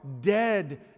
dead